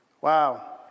Wow